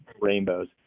rainbows